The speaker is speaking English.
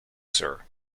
sir